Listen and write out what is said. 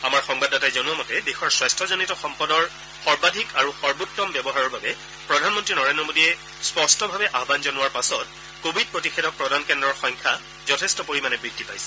আমাৰ সংবাদদাতাই জনোৱা মতে দেশৰ স্বাস্থজনিত সম্পদৰ সৰ্বাধিক আৰু সৰ্বোত্তম ব্যৱহাৰৰ বাবে প্ৰধানমন্ত্ৰী নৰেড্ৰ মোদীয়ে স্পষ্টভাৱে আহান জনোৱাৰ পাছত কোৱিড প্ৰতিষেধক প্ৰদান কেন্দ্ৰৰ সংখ্যা যথেষ্ট পৰিমাণে বৃদ্ধি পাইছে